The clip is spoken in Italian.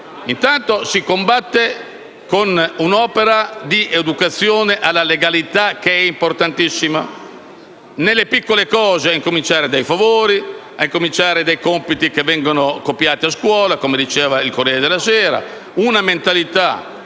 intanto la si contrasta con un'opera di educazione alla legalità - che è importantissima - già nelle piccole cose, a cominciare dai favori, dai compiti che vengono copiati a scuola, come scriveva il «Corriere della sera», da una mentalità